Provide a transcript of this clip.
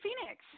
Phoenix